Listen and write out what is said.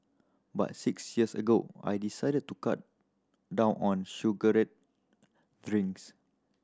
but six years ago I decided to cut down on sugared drinks